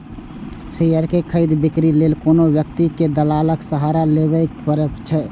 share के खरीद, बिक्री लेल कोनो व्यक्ति कें दलालक सहारा लेबैए पड़ै छै